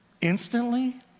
instantly